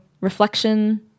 reflection